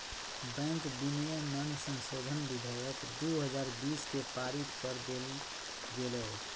bank विनियमन संशोधन विधेयक दू हजार बीस के पारित कर देल गेलय